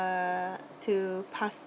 uh to pass